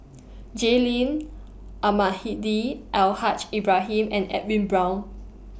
Jay Lim Almahdi Al Haj Ibrahim and Edwin Brown